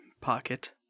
pocket